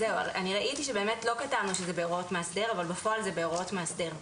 ראיתי שבאמת לא כתבנו שזה בהוראות מאסדר אבל בפועל זה בהוראות מאסדר.